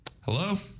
Hello